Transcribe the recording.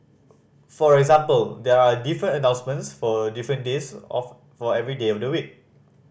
for example there are different announcements for different days of for every day of the week